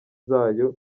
zayo